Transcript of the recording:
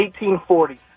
1840